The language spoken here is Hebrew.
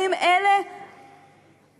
האם אלה ההחלטות